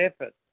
effort